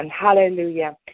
Hallelujah